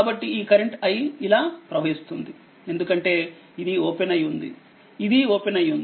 కాబట్టి ఈ కరెంట్i ఇలా ప్రవహిస్తుందిఎందుకంటే ఇది ఓపెన్ అయి ఉంది ఇది ఓపెన్ అయి ఉంది